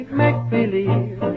make-believe